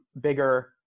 bigger